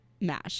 Mash